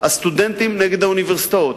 הסטודנטים נגד האוניברסיטאות,